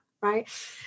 right